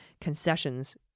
concessions